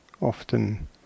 Often